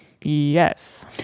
Yes